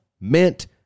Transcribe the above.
meant